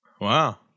Wow